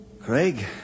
Craig